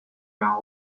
vins